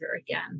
again